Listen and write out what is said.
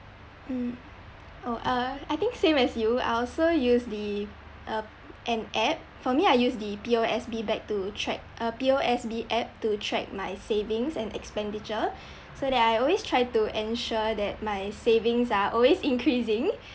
mm oh uh I think same as you I also use the uh an app for my I use the P_O_S_B bag to track uh P_O_S_B app to track my savings and expenditure so that I always try to ensure that my savings are always increasing